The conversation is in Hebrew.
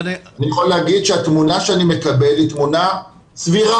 אני יכול להגיד שהתמונה שאני מקבל היא תמונה סבירה.